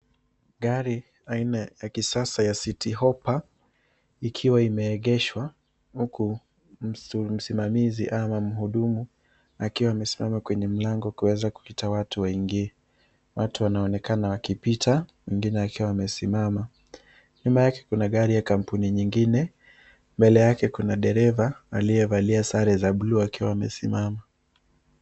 Gari, aina ya kisasa ya City Hoppa, ikiwa imeegeshwa huku msimamizi ama mhudumu, akiwa amesimama kwenye mlango kuweza kuita watu waingie. Watu wanaonekana wakipita, wengine wakiwa wamesimama. Nyuma yake kuna gari ya kampuni nyingine, mbele yake kuna dereva aliyevalia sare za bluu akiwa amesimama.